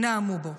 נאמו בו,